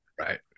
Right